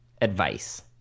Advice